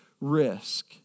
risk